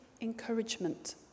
encouragement